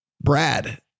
Brad